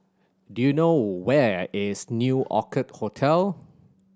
do you know where is New Orchid Hotel